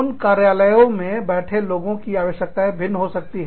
उन कार्यालयों में बैठे लोगों की आवश्यकताएं भिन्न हो सकती हैं